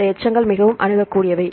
இந்த எச்சங்கள் மிகவும் அணுகக்கூடியவை